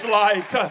light